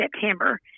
September